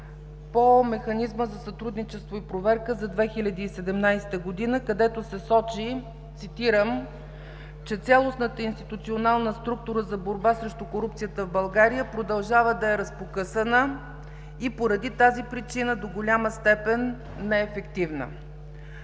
по механизма за сътрудничество и проверка за 2017 г., където се сочи, цитирам, че „Цялостната институционална структура за борба срещу корупцията в България продължава да е разпокъсана и поради тази причина до голяма степен – неефективна“.